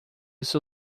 seu